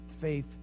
faith